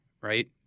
right